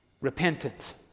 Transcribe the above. Repentance